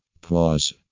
Pause